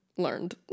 learned